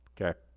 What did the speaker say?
Okay